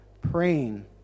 praying